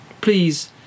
please